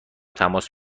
تماس